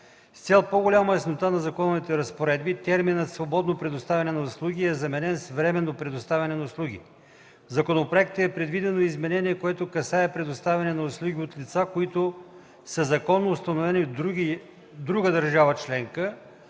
С цел по-голяма яснота на законовите разпоредби терминът „свободно предоставяне на услуги” е заменен с „временно предоставяне на услуги”. В законопроекта е предвидено и изменение, което касае предоставяне на услуги от лица, които са законно установени в друга държава членка,